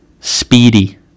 speedy